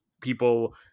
people